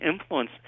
influence